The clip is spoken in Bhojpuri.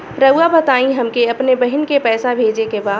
राउर बताई हमके अपने बहिन के पैसा भेजे के बा?